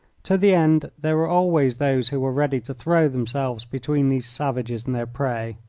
to the end there were always those who were ready to throw themselves between these savages and their prey.